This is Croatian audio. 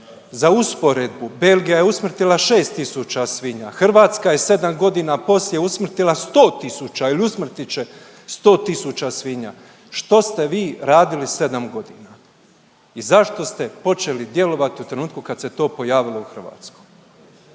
Za usporedbu Belgija je usmrtila 6 tisuća svinja, Hrvatska je 7 godina poslije usmrtila 100 tisuća ili usmrtit će 100 tisuća svinja. Što ste vi radili 7 godina i zašto ste počeli djelovati u trenutku kad se to pojavilo u Hrvatskoj?